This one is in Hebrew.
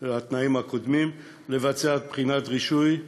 התנאים הקודמים, לבצע בחינת רישוי,